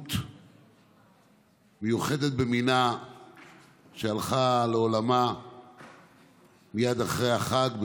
דמות מיוחדת במינה שהלכה לעולמה מייד אחרי החג,